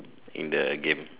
in the game